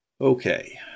Okay